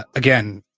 ah again,